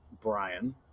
Brian